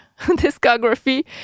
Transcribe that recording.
discography